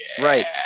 Right